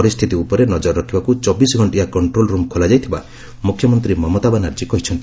ପରିସ୍ଥିତି ଉପରେ ନଜର ରଖିବାକୁ ଚବିଶ୍ ଘଷ୍ଟିଆ କଣ୍ଟ୍ରୋଲ୍ ରୁମ୍ ଖୋଲା ଯାଇଥିବା ମୁଖ୍ୟମନ୍ତ୍ରୀ ମମତା ବାନାର୍ଜୀ କହିଚ୍ଛନ୍ତି